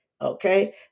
okay